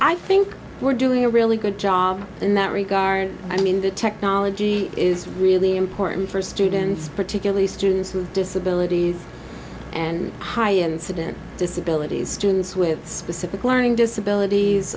i think we're doing a really good job in that regard i mean the technology is really important for students particularly students with disabilities and high incident disability students with specific learning disabilities